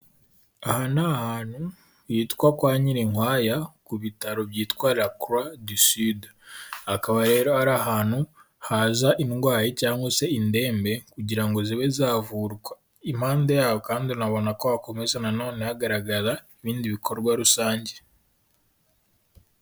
Aha ni ahantu hitwa kwa Nyirinkwaya, ku bitaro byitwa La Croix du sud, akaba rero ari ahantu haza indwayi cyangwa se indembe kugira ngo zibe zavurwa, impande yaho kandi unabona ko hakomeza na none hagaragara ibindi bikorwa rusange.